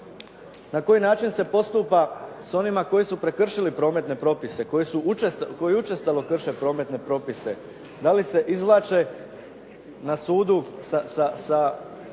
na koji način se postupa s onima koji su prekršili prometne propise, koji učestalo krše prometne propise, da li se izvlače na sudu sa